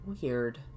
Weird